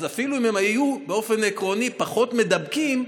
אז אפילו אם הם היו באופן עקרוני פחות מידבקים,